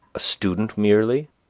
a student merely,